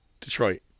Detroit